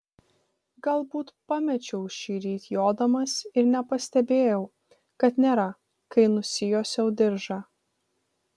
galbūt pamečiau šįryt jodamas ir nepastebėjau kad nėra kai nusijuosiau diržą